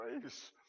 grace